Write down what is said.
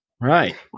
Right